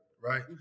right